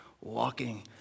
walking